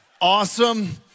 awesome